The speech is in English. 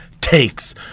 takes